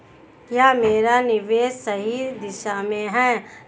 क्या मेरा निवेश सही दिशा में है?